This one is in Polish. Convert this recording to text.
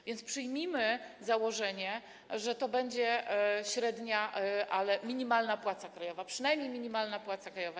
A więc przyjmijmy założenie, że to będzie średnia, ale... minimalna płaca krajowa, przynajmniej minimalna płaca krajowa.